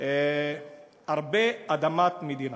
הרבה אדמות מדינה.